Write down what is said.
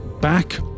back